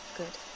good